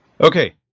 Okay